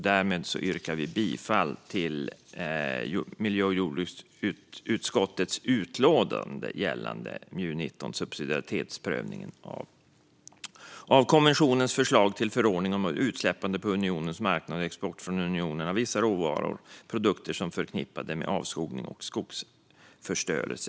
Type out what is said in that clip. Därmed yrkar jag bifall till miljö och jordbruksutskottets förslag i utlåtandet MJU19 Subsidiaritetsprövning av kommissionens förslag till förordning om utsläppande på unionens marknad och export från unionen av vissa råvaror och produkter som är förknippade med avskogning och skogsförstörelse .